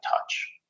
touch